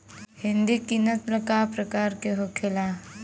हिंदी की नस्ल का प्रकार के होखे ला?